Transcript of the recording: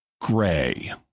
gray